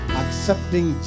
accepting